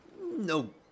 no